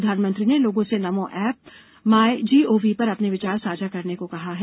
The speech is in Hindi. प्रधानमंत्री ने लोगों से नमो ऐप माइ गॉव पर अपने विचार साझा करने को कहा है